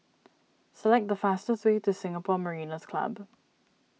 select the fastest way to Singapore Mariners' Club